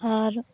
ᱟᱨ